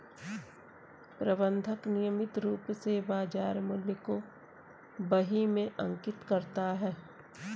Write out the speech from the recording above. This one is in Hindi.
प्रबंधक नियमित रूप से बाज़ार मूल्य को बही में अंकित करता है